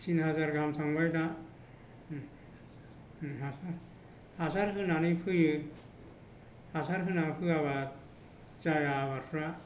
थिन हाजार गाहाम थांबाय दा हासार होनानै फोयो हासार होनानै फोआबा जाया आबादफोरा